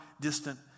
distant